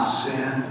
sin